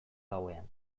gauean